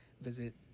visit